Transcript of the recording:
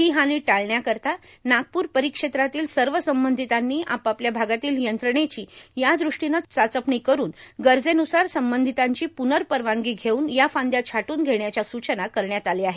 ही हानी टाळण्याकरिता नागपूर परिक्षेत्रातील सर्व संबंधितांनी आपापल्या भागातील यंत्रणेची या दृष्टीने चाचपणी करून गरजेन्सार संबंधितांची पूर्वपरवानगी घेऊन या फांद्या झाटून घेण्याच्या सूचना करण्यात आल्या आहेत